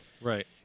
Right